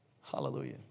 Hallelujah